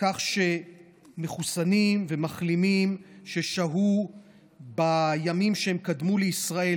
כך שמחוסנים ומחלימים ששהו בימים שקדמו להגעה לישראל